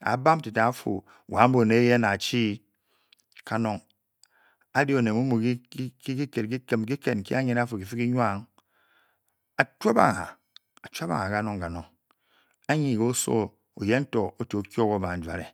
a bamtéte afu wanbuneye a shi kanong, a ri oned á chwap a ke kiked nki kifi kinoua a chuabia kanong-kanong anyi ke osowo to o-chii o ki o-o banjure.